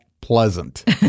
pleasant